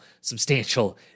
substantial